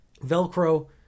Velcro